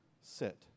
sit